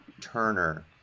Turner